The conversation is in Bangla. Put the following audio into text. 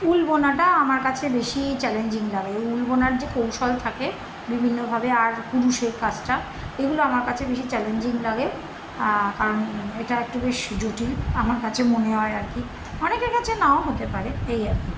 উল বোনাটা আমার কাছে বেশি চ্যালেঞ্জিং লাগে উল বোনার যে কৌশল থাকে বিভিন্ন ভাবে আর কুরুশের কাজটা এগুলো আমার কাছে বেশি চ্যালেঞ্জিং লাগে কারণ এটা একটু বেশ জটিল আমার কাছে মনে হয় আর কি অনেকের কাছে নাও হতে পারে এই আর কি